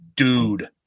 Dude